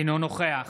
אינו נוכח